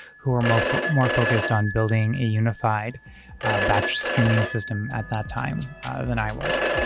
who are more for more focused on building a unified batch streaming system at that time than i was.